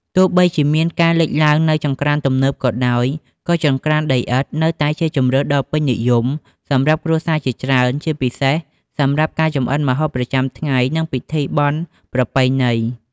ទោះបីជាមានការលេចឡើងនូវចង្ក្រានទំនើបក៏ដោយ ក៏ចង្ក្រានដីឥដ្ឋនៅតែជាជម្រើសដ៏ពេញនិយមសម្រាប់គ្រួសារជាច្រើន ជាពិសេសសម្រាប់ការចម្អិនម្ហូបប្រចាំថ្ងៃ និងពិធីបុណ្យប្រពៃណី។